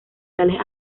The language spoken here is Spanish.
tales